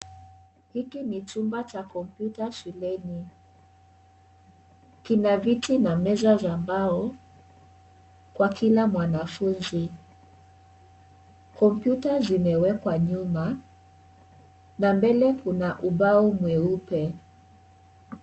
Hiki ni chumba cha kompyuta shuleni ,kina viti na meza za mbao wa kila mwanafunzi . Kompyuta zimewekwa nyuma na mbele kuna ubao mweupe.